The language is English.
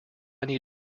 need